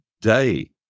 day